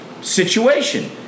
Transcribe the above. situation